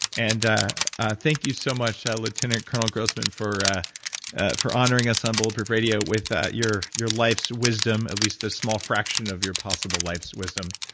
and thank you so much, ah lieutenant colonel grossman for ah for honoring us on bulletproof radio with your your life's wisdom, at least this small fraction of your possible life's wisdom.